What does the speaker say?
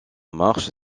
marche